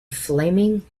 flaming